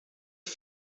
het